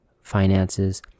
finances